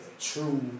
true